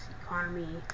economy